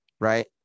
right